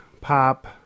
pop